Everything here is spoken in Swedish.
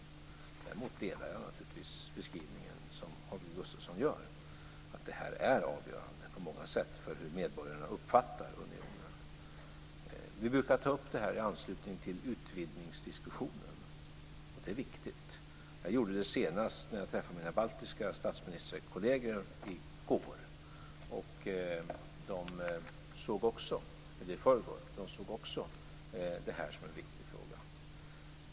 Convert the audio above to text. Däremot delar jag naturligtvis den beskrivning som Holger Gustafsson gör, att detta är avgörande på många sätt för hur medborgarna uppfattar unionen. Vi brukar ta upp detta i anslutning till utvidgningsdiskussionen, och det är viktigt. Jag gjorde det senast när jag träffade mina baltiska statsministerkolleger i förrgår, och de såg också detta som en viktig fråga.